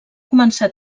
començar